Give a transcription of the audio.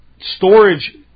storage